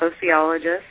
sociologist